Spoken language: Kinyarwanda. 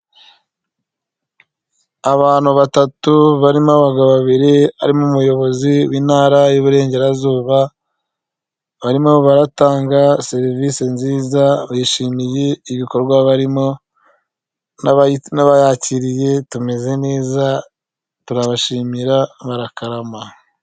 Abantu batatu barimo abagabo babiri harimo umuyobozi w'intara y'ububurengerazuba, barimo baratanga serivise nziza, bishimiye ibikorwa barimo n'abayakiriye tumeze neza, turabashimira murakarama.